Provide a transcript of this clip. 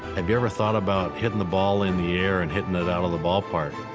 have you ever thought about hitting the ball in the air, and hitting it out of the ballpark?